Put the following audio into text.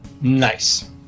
Nice